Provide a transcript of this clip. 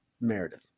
Meredith